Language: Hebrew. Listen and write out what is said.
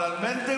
אבל על מנדלבליט?